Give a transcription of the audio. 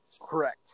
Correct